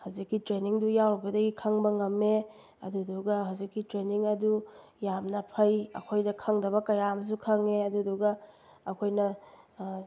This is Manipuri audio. ꯍꯧꯖꯤꯛꯀꯤ ꯇ꯭ꯔꯦꯅꯤꯡꯗꯨ ꯌꯥꯎꯔꯨꯕꯗꯒꯤ ꯈꯪꯕ ꯉꯝꯃꯦ ꯑꯗꯨꯗꯨꯒ ꯍꯧꯖꯤꯛꯀꯤ ꯇ꯭ꯔꯦꯅꯤꯡ ꯑꯗꯨ ꯌꯥꯝꯅ ꯐꯩ ꯑꯩꯈꯣꯏꯗ ꯈꯪꯗꯕ ꯀꯌꯥꯑꯃꯁꯨ ꯈꯪꯉꯦ ꯑꯗꯨꯗꯨꯒ ꯑꯩꯈꯣꯏꯅ